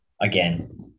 again